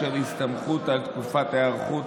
בשל הסתמכות על תקופת ההיערכות